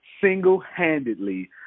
single-handedly